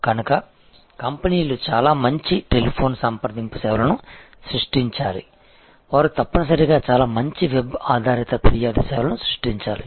కనుక కంపెనీలు చాలా మంచి టెలిఫోన్ సంప్రదింపు సేవలను సృష్టించాలి వారు తప్పనిసరిగా చాలా మంచి వెబ్ ఆధారిత ఫిర్యాదు సేవలను సృష్టించాలి